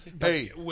Hey